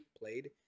played